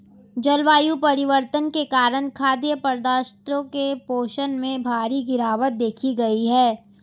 जलवायु परिवर्तन के कारण खाद्य पदार्थों के पोषण में भारी गिरवाट देखी गयी है